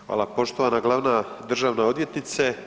Hvala poštovana glavna državna odvjetnice.